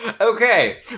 Okay